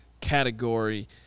category